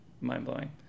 mind-blowing